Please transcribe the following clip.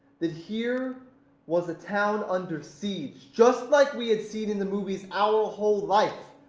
that here was a town under siege, just like we had seen in the movies our whole life.